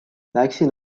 läksin